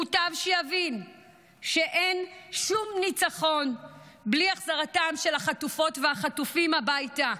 מוטב שיבין שאין שום ניצחון בלי החזרתם של החטופים והחטופות הביתה.